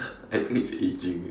I think it's aging eh